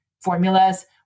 formulas